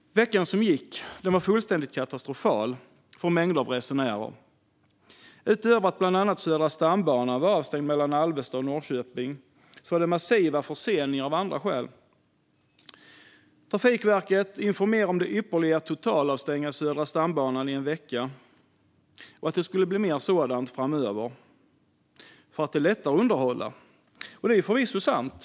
Veckan som gick var fullständigt katastrofal för mängder av resenärer. Utöver att bland annat Södra stambanan var avstängd mellan Alvesta och Norrköping var det massiva förseningar av andra skäl. Trafikverket informerade om det ypperliga i att totalavstänga Södra stambanan i en vecka och att det skulle bli mer sådant framöver för att det är lättare att underhålla. Det är förvisso sant.